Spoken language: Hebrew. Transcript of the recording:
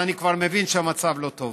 אני כבר מבין שהמצב לא טוב.